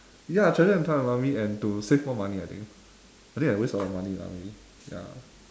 ya treasure your time in army and to save more money I think I think I waste a lot of money in army ya